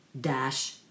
dash